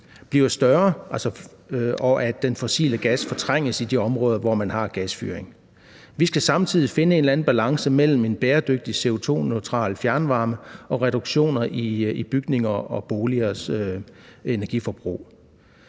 bliver større, og hvor fossil gas fortrænges i de områder, hvor man har gasfyring. Vi skal samtidig finde en eller anden balance mellem en bæredygtig CO2-neutral fjernvarme og reduktioner i bygninger og boligers energiforbrug.